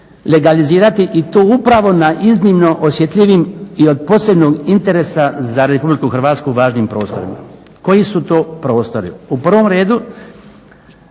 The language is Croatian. legalizirati i to upravo na iznimno osjetljivim i od posebnog interesa za Republiku Hrvatsku važnim prostorima. Koji su to prostori? U prvom redu